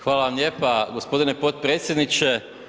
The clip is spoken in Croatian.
Hvala vam lijepa g. potpredsjedniče.